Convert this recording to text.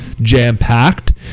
jam-packed